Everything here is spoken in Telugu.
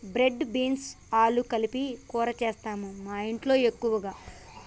బ్రాడ్ బీన్స్ ఆలు కలిపి కూర చేస్తాము మాఇంట్లో ఎక్కువగా